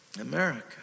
America